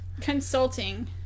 consulting